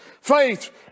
Faith